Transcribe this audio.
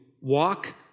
walk